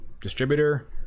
distributor